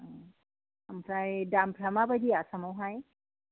ओमफ्राय दामफ्रा माबायदि आसामावहाय